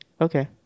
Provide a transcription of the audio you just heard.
Okay